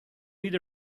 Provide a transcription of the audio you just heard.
need